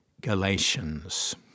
Galatians